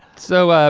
so,